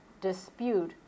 dispute